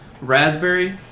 raspberry